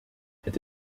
het